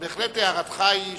בהחלט, הערתך היא חשובה,